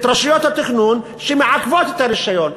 את רשויות התכנון שמעכבות את הרישיון?